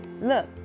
Look